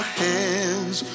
hands